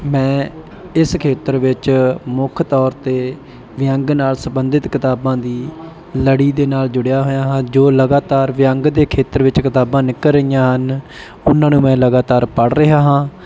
ਮੈਂ ਇਸ ਖੇਤਰ ਵਿੱਚ ਮੁੱਖ ਤੌਰ 'ਤੇ ਵਿਅੰਗ ਨਾਲ ਸੰਬੰਧਿਤ ਕਿਤਾਬਾਂ ਦੀ ਲੜੀ ਦੇ ਨਾਲ ਜੁੜਿਆ ਹੋਇਆ ਹਾਂ ਜੋ ਲਗਾਤਾਰ ਵਿਅੰਗ ਦੇ ਖੇਤਰ ਵਿੱਚ ਕਿਤਾਬਾਂ ਨਿਕਲ ਰਹੀਆਂ ਹਨ ਉਹਨਾਂ ਨੂੰ ਮੈਂ ਲਗਾਤਾਰ ਪੜ੍ਹ ਰਿਹਾ ਹਾਂ